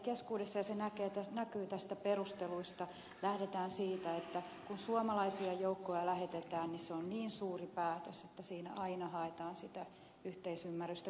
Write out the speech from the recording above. kyllä hallituspuolueidenkin keskuudessa ja se näkyy näistä perusteluista lähdetään siitä että kun suomalaisia joukkoja lähetetään se on niin suuri päätös että siinä aina haetaan yhteisymmärrystä tosiasiallisesti